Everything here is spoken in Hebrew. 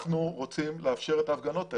אנחנו רוצים לאפשר את ההפגנות האלה.